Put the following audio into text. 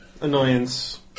annoyance